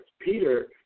Peter